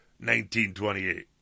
1928